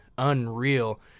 unreal